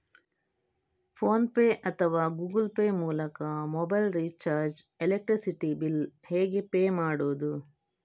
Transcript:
Phone pay ಅಥವಾ Google Pay ಮೂಲಕ mobile recharge, electricity bill ಹೇಗೆ ಪೇ ಮಾಡುವುದು?